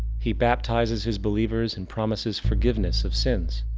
he baptizes his believers and promises forgiveness of sins.